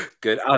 Good